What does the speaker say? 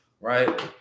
right